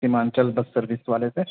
Seemanchal bus service والے سے